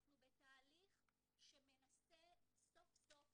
אנחנו בתהליך שמנסה סוף סוף